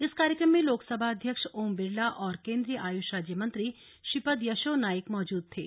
इस कार्यक्रम में लोकसभा अध्यक्ष ओम बिरला और केन्द्रीय आयुष राज्य मंत्री श्रीपद यशो नाइक मौजूद थे